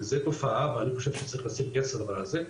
זו תופעה ואני חושב שצריך להפסיק עם זה,